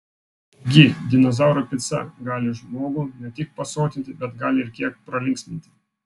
gi dinozauro pica gali žmogų ne tik pasotinti bet gal ir kiek pralinksminti